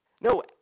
No